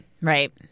Right